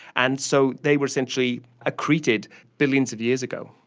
and so they were essentially accreted billions of years ago.